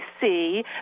see